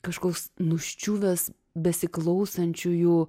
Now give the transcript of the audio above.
kažkoks nuščiuvęs besiklausančiųjų